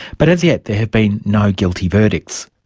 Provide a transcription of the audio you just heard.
but as yet there have been no guilty verdicts.